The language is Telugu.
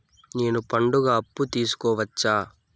నేను పండుగ అప్పు తీసుకోవచ్చా?